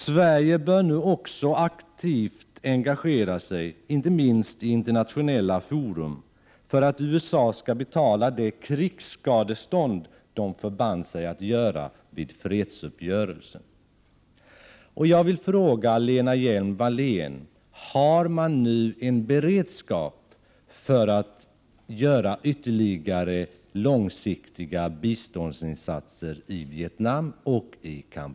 Sverige bör nu också aktivt engagera sig, inte minst i internationella fora, för att USA skall betala de krigsskadestånd som man förband sig att stå för vid fredsuppgörelsen.